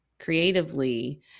creatively